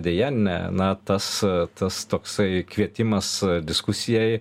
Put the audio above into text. deja ne na tas tas toksai kvietimas diskusijai